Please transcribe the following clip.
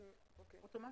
אוטומטית.